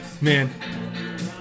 Man